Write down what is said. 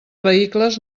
vehicles